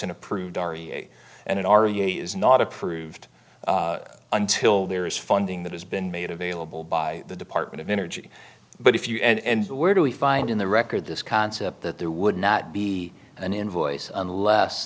an approved and it already is not approved until there is funding that has been made available by the department of energy but if you and where do we find in the record this concept that there would not be an invoice unless